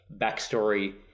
backstory